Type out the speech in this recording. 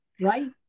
right